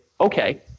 okay